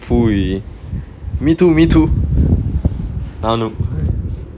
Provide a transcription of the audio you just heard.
me too me too நானு:naanu